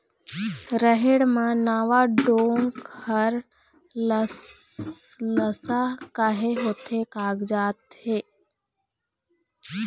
रहेड़ म नावा डोंक हर लसलसा काहे होथे कागजात हे?